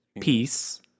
peace